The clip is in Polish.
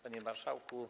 Panie Marszałku!